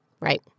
Right